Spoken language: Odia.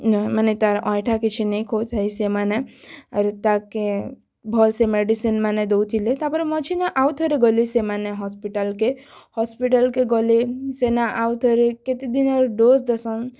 ମାନେ ତା'ର୍ ଅଏଁଠା କିଛି ନାଇଁ ଖାଉଥାଇ ସେମାନେ ଆରୁ ତା'କେ ଭଲ୍ସେ ମେଡ଼ିସିନ୍ ମାନେ ଦେଉଥିଲେ ତା'ର୍ପରେ ମଝିନେ ଆଉଥରେ ଗଲେ ସେମାନେ ହସ୍ପିଟାଲ୍ କେ ହସ୍ପିଟାଲ୍ କେ ଗଲେ ସେନେ ଆଉଥରେ କେତେ ଦିନର୍ ଡ଼ୋଜ୍ ଦେସନ୍